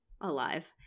alive